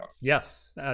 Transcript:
Yes